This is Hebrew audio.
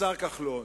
השר כחלון,